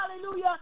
Hallelujah